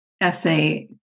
essay